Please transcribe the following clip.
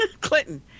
Clinton